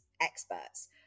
experts